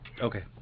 Okay